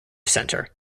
centre